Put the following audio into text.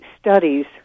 studies